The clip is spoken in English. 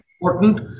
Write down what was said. important